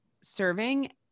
serving